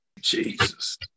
Jesus